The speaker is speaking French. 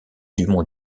dumont